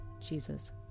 Jesus